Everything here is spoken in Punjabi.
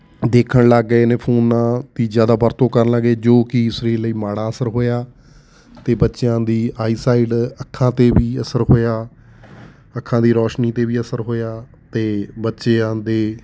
ਦੇਖਣ ਲੱਗ ਗਏ ਨੇ ਫੋਨਾਂ ਦੀ ਜ਼ਿਆਦਾ ਵਰਤੋਂ ਕਰਨ ਲੱਗ ਗਏ ਜੋ ਕਿ ਸਰੀਰ ਲਈ ਮਾੜਾ ਅਸਰ ਹੋਇਆ ਅਤੇ ਬੱਚਿਆਂ ਦੀ ਆਈਸਾਈਡ ਅੱਖਾਂ 'ਤੇ ਵੀ ਅਸਰ ਹੋਇਆ ਅੱਖਾਂ ਦੀ ਰੌਸ਼ਨੀ 'ਤੇ ਵੀ ਅਸਰ ਹੋਇਆ ਅਤੇ ਬੱਚਿਆਂ ਦੇ